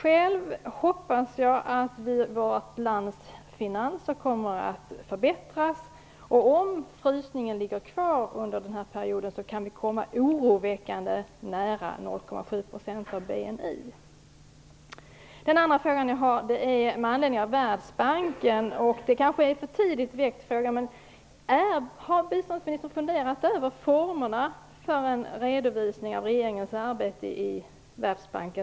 Jag hoppas själv att landets finanser kommer att förbättras. Om frysningen ligger kvar under den här perioden kan vi komma oroväckande nära 0,7 % av BNI. Den andra frågan jag har handlar om Världsbanken. Den frågan kanske är för tidigt väckt. Men har biståndsministern funderat över formerna för en redovisning till riksdagen av regeringens arbete i Världsbanken?